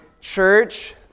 church